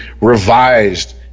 revised